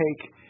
take